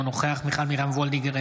אינו נוכח מיכל מרים וולדיגר,